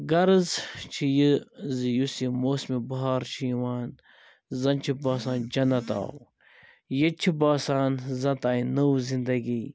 غرض چھِ یہِ زِ یُس یہِ موسمِ بہار چھ یِوان زَن چھِ باسان جنت آو ییٚتہِ چھِ باسان زَن تہٕ آے نٔو زندگی